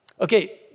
Okay